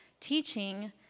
teaching